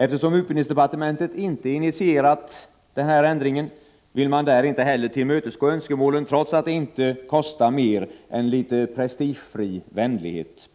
Eftersom utbildningsdepartementet inte initierat den här ändringen, vill man där inte heller tillmötesgå önskemålen, trots att det inte kostar mer än litet prestigefri vänlighet.